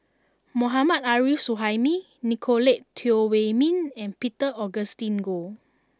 Mohammad Arif Suhaimi Nicolette Teo Wei min and Peter Augustine Goh